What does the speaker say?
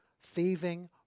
thieving